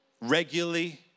regularly